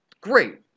Great